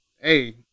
Hey